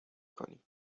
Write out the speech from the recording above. کنیم